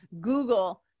Google